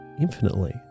infinitely